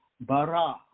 Bara